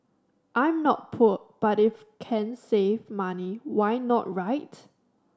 I'm not poor but if can save money why not right